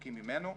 רחוקים ממנו.